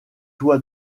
toi